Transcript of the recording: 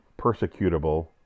persecutable